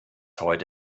heute